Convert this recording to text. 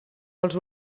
els